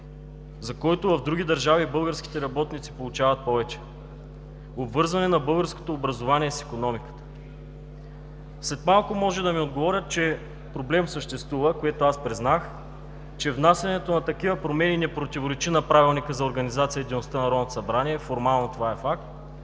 за който в други държави българските работници получават повече, обвързване на българското образование с икономиката. След малко може да ми отговорят, че проблем съществува, което аз признах, че внасянето на такива промени не противоречи на Правилника за организацията